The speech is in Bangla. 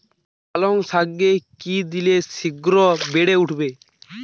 পালং শাকে কি দিলে শিঘ্র বেড়ে উঠবে?